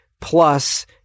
plus